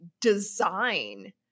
design